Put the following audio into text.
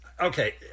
Okay